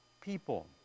people